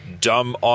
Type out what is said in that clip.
dumb